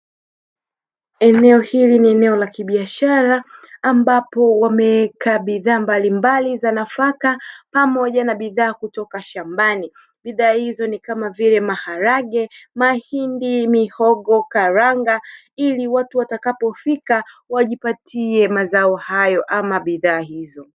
Eneo hili ni eneo la kibiashara ambapo wamekaa bidhaa mbalimbali za nafaka pamoja na bidhaa kutoka shambani, bidhaa hizo ni kama vile maharage mahindi mihogo karanga ili watu watakapofika wajipatie mazao hayo ama bidhaa hizo.